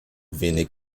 wenig